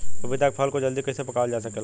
पपिता के फल को जल्दी कइसे पकावल जा सकेला?